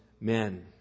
men